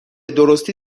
درستی